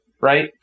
right